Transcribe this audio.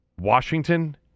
Washington